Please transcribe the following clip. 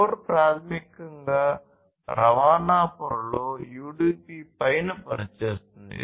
core ప్రాథమికంగా రవాణా పొరలో UDP పైన పనిచేస్తుంది